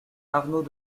arnaud